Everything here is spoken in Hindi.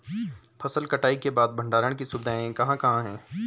फसल कटाई के बाद भंडारण की सुविधाएं कहाँ कहाँ हैं?